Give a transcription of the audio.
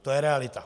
To je realita.